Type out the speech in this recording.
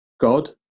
god